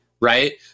right